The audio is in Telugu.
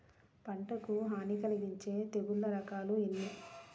పంటకు హాని కలిగించే తెగుళ్ల రకాలు ఎన్ని?